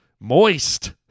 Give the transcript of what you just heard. moist